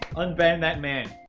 unban that man.